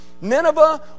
Nineveh